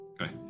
Okay